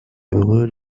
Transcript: heureux